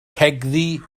cegddu